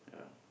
yeah